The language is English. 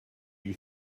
you